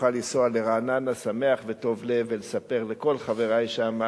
אוכל לנסוע לרעננה שמח וטוב לב ולספר לכל חברי שם,